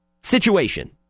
situation